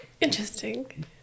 Interesting